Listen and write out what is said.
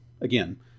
again